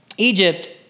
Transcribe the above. Egypt